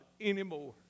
anymore